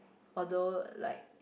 although like